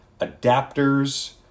adapters